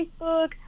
Facebook